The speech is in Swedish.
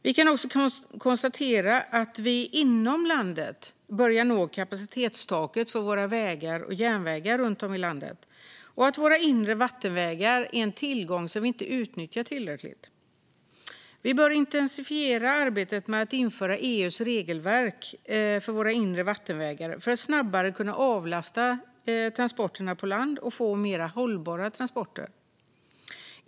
Vi kan också konstatera att vi inom landet börjar nå kapacitetstaket på våra vägar och järnvägar och att våra inre vattenvägar är en tillgång som vi inte utnyttjar tillräckligt. Vi bör intensifiera arbetet med att införa EU:s regelverk för våra inre vattenvägar för att snabbare kunna avlasta transporterna på land och få mer hållbara transporter.